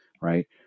right